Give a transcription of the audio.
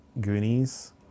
Goonies